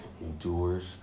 endures